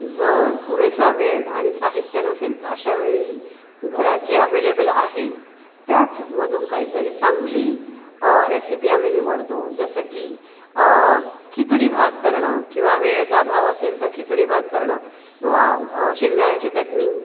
जर पुरेसा वेळ आणि साहित्य नसेल तर अशावेळी घरात जे अवेलेबल आहे त्याचमधून काहीतरी चांगली रेसिपी आम्ही निवडतो जसं की खिचडी भात करणं किंवा वेळेचा अभाव असेल तर खिचडी भात करणं किंवा शेंगदाण्याची चटणी